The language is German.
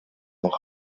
noch